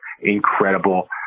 incredible